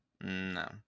No